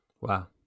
wow